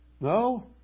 No